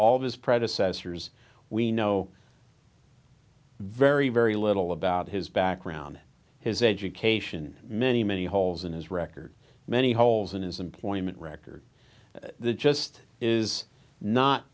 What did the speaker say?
all of his predecessors we know very very little about his background his education many many holes in his record many holes in his employment record that just is not